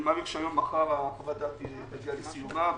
אני מעריך שהיום או מחר חוות הדעת תגיע לסיומה ותועבר.